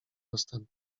dostępu